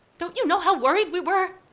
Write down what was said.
don't you know how worried we were?